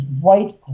white